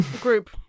group